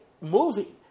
movie